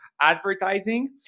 advertising